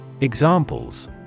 Examples